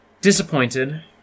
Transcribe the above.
disappointed